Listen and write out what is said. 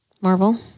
Marvel